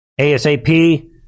ASAP